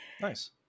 Nice